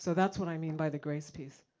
so that's what i mean by the grace peace.